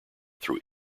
through